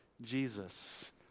Jesus